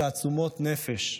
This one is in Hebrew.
תעצומות נפש והשראה.